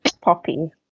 poppy